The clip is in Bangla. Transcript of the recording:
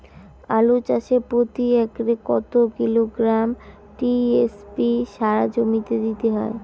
আলু চাষে প্রতি একরে কত কিলোগ্রাম টি.এস.পি সার জমিতে দিতে হয়?